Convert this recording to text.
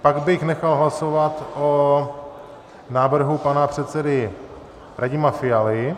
Pak bych nechal hlasovat o návrhu pana předsedy Radima Fialy.